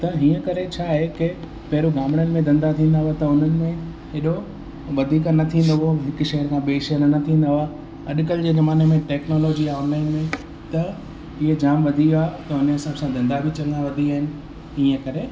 त हीअं करे छा आहे की पहिरियों गामड़न में धंधा थींदा हुआ त हुनन में एॾो वधीक न थी थींदो हो हिक शहर खां ॿे शेहर न थींदा हुआ अॼकल जे जमाने में टेक्नोलॉजी आ उने में त ईअं जाम वधी वियो आहे त उन हिसाब सां धंधा बि चंङा वधी विया आहिनि इन करे